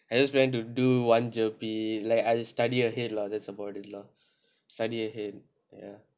I just plan to do one G_O_P relax I just study ahead lah that's about it lah study ahead